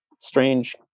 strange